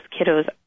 kiddos